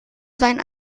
sein